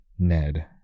Ned